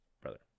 brother